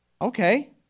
Okay